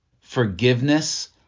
forgiveness